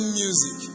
music